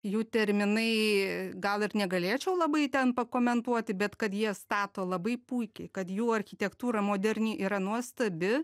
jų terminai gal ir negalėčiau labai ten pakomentuoti bet kad jie stato labai puikiai kad jų architektūra moderni yra nuostabi